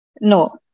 No